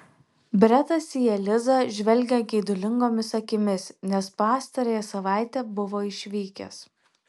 bretas į elizą žvelgė geidulingomis akimis nes pastarąją savaitę buvo išvykęs